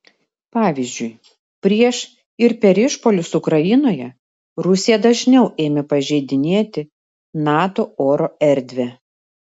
pavyzdžiui prieš ir per išpuolius ukrainoje rusija dažniau ėmė pažeidinėti nato oro erdvę